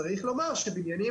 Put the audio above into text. צריך לומר שבניינים